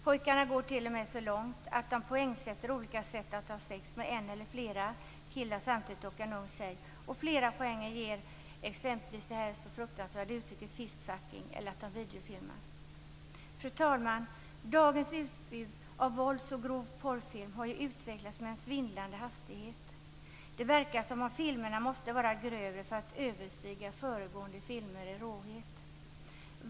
Pojkarna går t.o.m. så långt att de poängsätter olika sätt att ha sex med en eller flera killar samtidigt och en ung tjej, och många poäng ger exempelvis fistfucking - ett fruktansvärt uttryck - eller att man videofilmar. Fru talman! Dagens utbud av vålds och grov porrfilm har ju uppstått med en svindlande hastighet. Det verkar som om filmerna hela tiden måste bli grövre för att överträffa tidigare filmer i råhet.